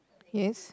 yes